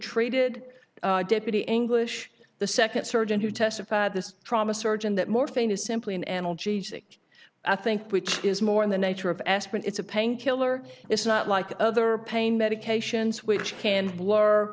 treated deputy english the second surgeon who testified this trauma surgeon that more famous simply an analgesic i think which is more in the nature of aspirin it's a pain killer it's not like other pain medications which can blur